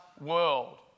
world